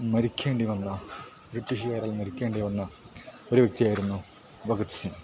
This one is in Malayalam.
മരിക്കേണ്ടി വന്ന ബ്രിട്ടീഷുകാരാൽ മരിക്കേണ്ടി വന്ന ഒരു വ്യക്തിയായിരുന്നു ഭഗത് സിങ്